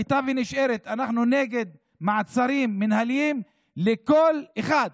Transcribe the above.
הייתה ונשארת: אנחנו נגד מעצרים מינהליים לכל אחד,